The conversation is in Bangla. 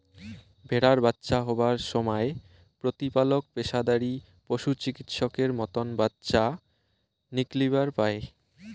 ভ্যাড়ার বাচ্চা হবার সমায় প্রতিপালক পেশাদারী পশুচিকিৎসকের মতন বাচ্চা নিকলিবার পায়